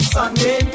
Sunday